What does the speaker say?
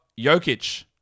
Jokic